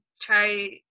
try